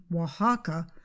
oaxaca